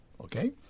Okay